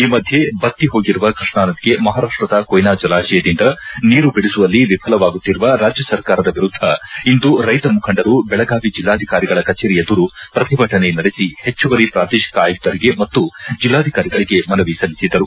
ಈ ಮಧ್ಯೆ ಬತ್ತಿ ಹೋಗಿರುವ ಕೃಷ್ಣಾ ನದಿಗೆ ಮಹಾರಾಷ್ಟದ ಕೊಯ್ನಾ ಜಲಾಶಯದಿಂದ ನೀರು ಬಿಡಿಸುವಲ್ಲಿ ವಿಫಲವಾಗುತ್ತಿರುವ ರಾಜ್ಯ ಸರಕಾರದ ವಿರುದ್ಧ ಇಂದು ರೈತ ಮುಖಂಡರು ಬೆಳಗಾವಿ ಜಿಲ್ಲಾಧಿಕಾರಿಗಳ ಕಚೇರಿ ಎದುರು ಪ್ರತಿಭಟನೆ ನಡೆಸಿ ಹೆಚ್ಚುವರಿ ಪ್ರಾದೇಶಿಕ ಆಯುಕ್ತರಿಗೆ ಮತ್ತು ಜಿಲ್ಲಾಧಿಕಾರಿಗಳಿಗೆ ಮನವಿ ಸಲ್ಲಿಸಿದರು